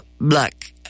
Black